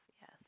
yes